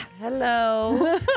Hello